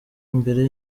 imbere